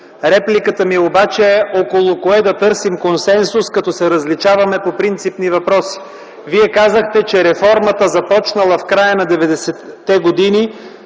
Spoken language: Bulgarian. Репликата ми обаче е около кое да търсим консенсус, като се различаваме по принципни въпроси? Вие казахте, че реформата, започнала в края на 90-те години,